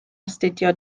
astudio